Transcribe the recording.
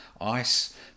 ice